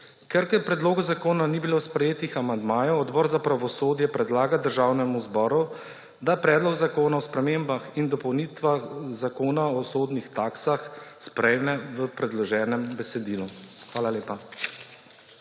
Ker k predlogu zakona ni bilo sprejetih amandmajev, Odbor za pravosodje predlaga Državnemu zboru, da Predlog zakona o spremembah in dopolnitvah Zakona o sodnih taksah sprejme v predloženem besedilu. Hvala lepa.